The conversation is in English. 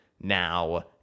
now